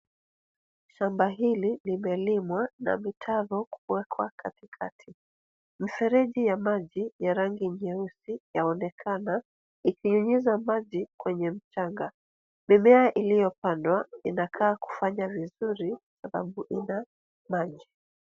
Shamba hili limelimwa na mitaro kuwekwa katikati. Mifereji ya maji ya rangi nyeusi yaonekana ikinyunyiza maji kwenye mchanga. Mimea iliyopandwa inakaa kufanya vizuri kwa sababu ina maji.